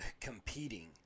competing